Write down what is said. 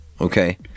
okay